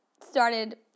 started